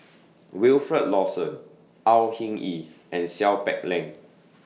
Wilfed Lawson Au Hing Yee and Seow Peck Leng